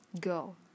go